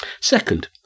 Second